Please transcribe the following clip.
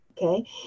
Okay